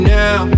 now